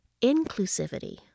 inclusivity